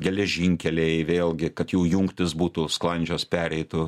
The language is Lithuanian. geležinkeliai vėlgi kad jų jungtys būtų sklandžios pereitų